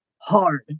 hard